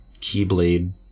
Keyblade